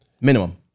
minimum